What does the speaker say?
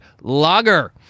lager